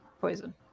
Poison